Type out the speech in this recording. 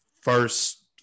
first